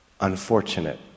unfortunate